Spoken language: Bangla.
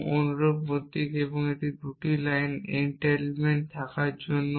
এবং এই অনুরূপ প্রতীক কিন্তু এটি 2 লাইন এনটেইলমেন্ট এর জন্য